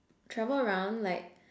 travel around like